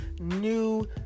new